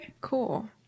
cool